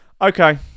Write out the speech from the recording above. Okay